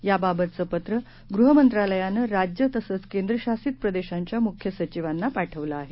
याबाबतचं पत्र गृहमंत्रालयानं राज्यं तसंच केंद्रशासित प्रदेशांच्या मुख्य सचिवांना पाठवलं आहे